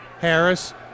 Harris